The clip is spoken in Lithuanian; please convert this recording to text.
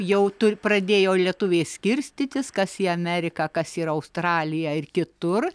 jau tu pradėjo lietuviai skirstytis kas į ameriką kas ir australiją ir kitur